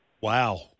wow